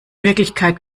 wirklichkeit